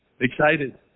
Excited